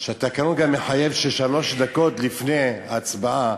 שהתקנון מחייב לצלצל שלוש דקות לפני ההצבעה.